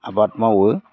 आबाद मावो